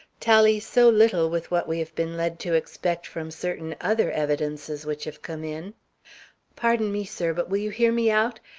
tally so little with what we have been led to expect from certain other evidences which have come in pardon me, sir, but will you hear me out?